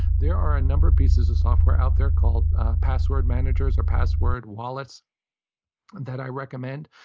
there are a number of pieces of software out there called password managers or password wallets that i recommend.